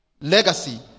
legacy